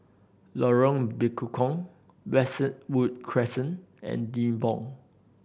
Lorong Bekukong Westwood Crescent and Nibong